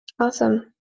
awesome